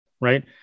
right